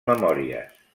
memòries